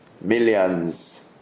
millions